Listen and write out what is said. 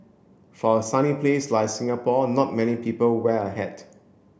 for a sunny place like Singapore not many people wear a hat